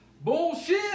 Bullshit